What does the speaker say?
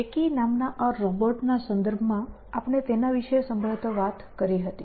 શેકી નામના આ રોબોટ ના સંદર્ભમાં આપણે તેના વિશે સંભવત વાત કરી હતી